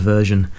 Version